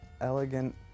elegant